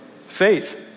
Faith